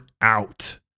out